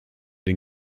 den